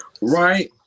right